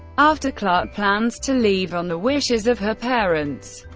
after clarke plans to leave on the wishes of her parents,